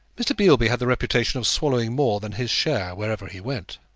mr. beilby had the reputation of swallowing more than his share wherever he went.